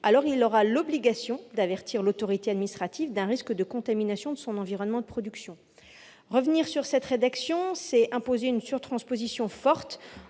aura alors l'obligation d'avertir l'autorité administrative d'un risque de contamination de son environnement de production. Revenir sur cette rédaction, c'est imposer une surtransposition forte,